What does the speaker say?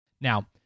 Now